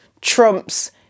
trumps